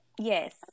yes